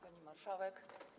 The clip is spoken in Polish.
Pani Marszałek!